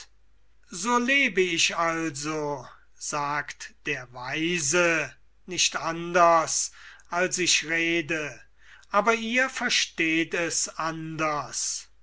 so lebe ich also sagt der weise nicht anders als ich rede aber ihr versteht es anders